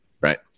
right